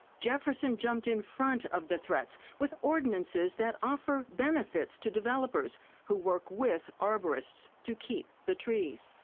jefferson jumped in front of the threats with ordinances that offer benefits to developers who work with arborists to keep the trees.